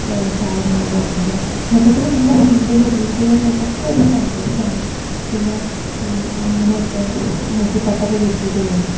സാധനങ്ങളൊക്കെ വാങ്ങിക്കുക മൊത്തത്തിൽ നമ്മളുടെ വീടിലും വീടുകളിലും ഒക്കെ ഒരു സന്തോഷമാണ് പിന്നെ ഈ ആനയൊക്കെ നെറ്റിപട്ടമൊക്കെ കെട്ടിയിട്ട് വരും